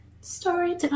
story